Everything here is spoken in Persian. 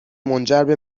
منجربه